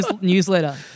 newsletter